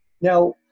now